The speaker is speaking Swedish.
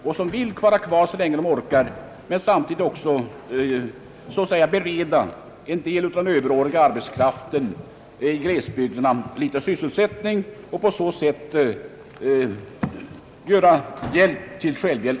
De vill vara kvar så länge de orkar, och det vore bra om man samtidigt också kunde bereda en del av den överåriga arbetskraften i glesbygderna litet sysselsättning och på så sätt hjälp till självhjälp.